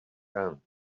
gun